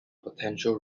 potential